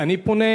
אני פונה: